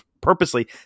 purposely